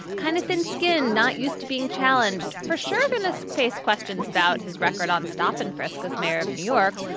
kind of thin skin, not used to being challenged for shermanesque faced questions about his record on stop and frisk as mayor of new york.